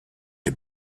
can